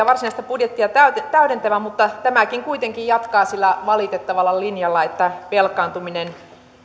varsinaista budjettia täydentävä mutta tämäkin kuitenkin jatkaa sillä valitettavalla linjalla että velkaantuminen